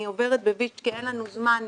אני עוברת במהירות, כי אין לנו זמן.